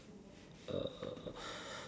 err